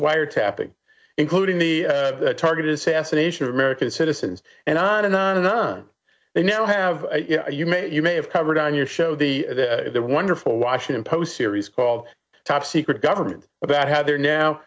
wiretapping including the targeted assassination of american citizens and on and on and on they now have you know you may you may have covered on your show the their wonderful washington post series called top secret government about how they're now